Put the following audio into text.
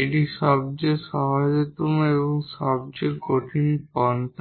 এটি সবচেয়ে সহজতম এবং সবচেয়ে কঠিন পন্থা